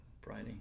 Friday